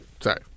sorry